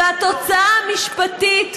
והתוצאה המשפטית,